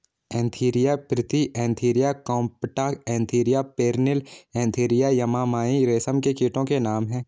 Antheraea frithi Antheraea compta Antheraea pernyi Antheraea yamamai रेशम के कीटो के नाम हैं